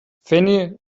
fanny